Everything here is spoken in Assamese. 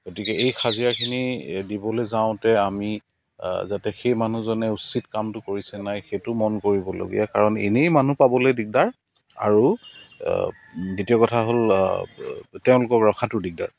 গতিকে এই হাজিৰাখিনি দিবলৈ যাওঁতে আমি যাতে সেই মানুহজনে উচিত কামটো কৰিছে নে নাই সেইটো মন কৰিব লগীয়া কাৰণ এনেই মানুহ পাবলৈ দিগদাৰ আৰু দ্বিতীয় কথা হ'ল তেওঁলোকক ৰখাটো দিগদাৰ